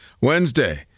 Wednesday